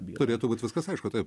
turėtų būt viskas aišku taip